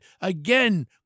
Again